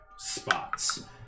Spots